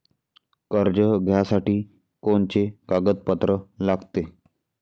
कर्ज घ्यासाठी कोनचे कागदपत्र लागते?